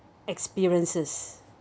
experiences